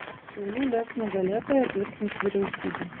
šiaulių lez nugalėtoją tvirtins vyriausybė